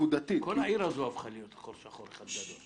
נקודתית --- כל העיר הזאת הפכה להיות חור שחור אחד גדול,